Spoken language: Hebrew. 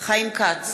חיים כץ,